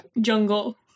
jungle